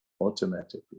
automatically